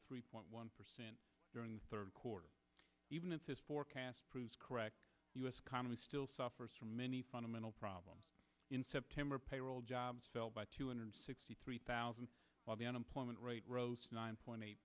three point one percent during the third quarter even if his forecast proves correct u s economy still suffers from many fundamental problems in september payroll jobs fell by two hundred sixty three thousand while the unemployment rate rose to nine point eight